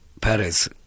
paris